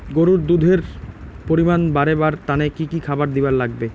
গরুর দুধ এর পরিমাণ বারেবার তানে কি খাবার দিবার লাগবে?